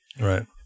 Right